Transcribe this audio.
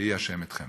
ויהי ה' אתכם.